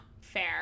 fair